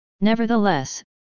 Nevertheless